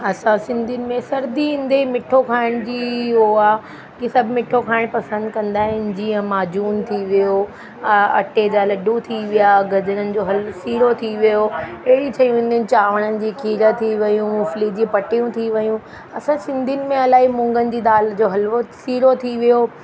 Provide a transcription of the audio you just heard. असां सिंधियुनि में सर्दी ईंदे ई मिठो खाइण जी उहो आहे कि सभु मिठो खाइणु पसंदि कंदा आहिनि जीअं माजून थी वियो अटे जा लॾूं थी विया गजरन जो हल सीरो थी वियो अहिड़ी शयूं हूंदियूं आहिनि चांवरनि जी खीर थी वियूं मूंगफली जी पटियूं थी वयूं असां सिंधियुनि में इलाही मूंगन जी दालि जो हलवो सीरो थी वियो